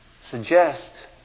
suggest